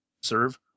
serve